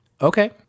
Okay